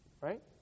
right